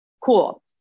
Cool